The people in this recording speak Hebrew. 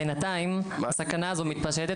בינתיים הסכנה הזאת מתפשטת.